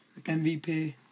MVP